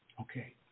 okay